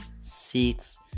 six